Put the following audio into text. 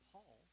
Paul